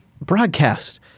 broadcast